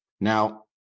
Now